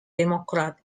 democrat